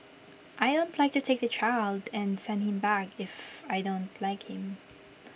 I don't like to take the child and send him back if I don't like him